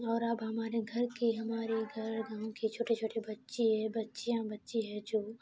اور اب ہمارے گھر کے ہمارے گھر گاؤں کے چھوٹے چھوٹے بچے ہیں بچیاں بچی ہے جو